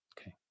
Okay